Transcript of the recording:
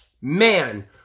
man